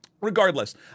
Regardless